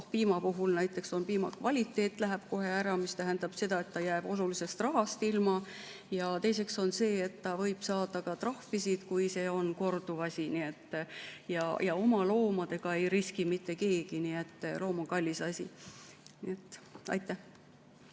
piima puhul näiteks piima kvaliteet kohe alla, mis tähendab seda, et ta jääb osaliselt rahast ilma, ja teiseks ta võib saada ka trahvi, kui see on korduv asi. Ja oma loomadega ei riski mitte keegi, sest loom on kallis asi. Aitäh!